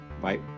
Bye